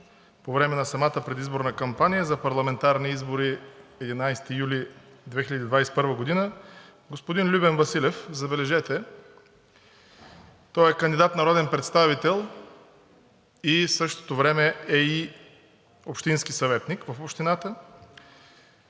по време на предизборната кампания за парламентарни избори на 11 юли 2021 г. господин Любен Василев – забележете, той е кандидат за народен представител и в същото време е и общински съветник в общината.